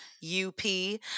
U-P